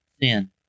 sin